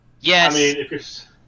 Yes